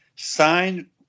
Sign